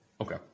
Okay